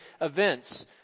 events